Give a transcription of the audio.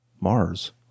Mars